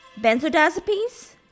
Benzodiazepines